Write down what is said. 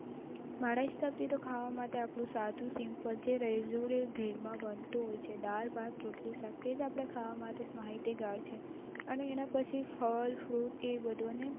મારા હિસાબથી તો ખાવા માટે આપણું સાદું સિમ્પલ જે રેગ્યુલર માં બનતું હોય છે દાળ ભાત રોટલી શાક એ જ આપણા ખાવા માટે માહિતગાર છે પછી એના પછી ફળ ફ્રૂટ એ બધું અને